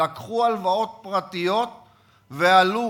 לקחו הלוואות פרטיות ועלו.